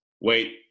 wait